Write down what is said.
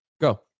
go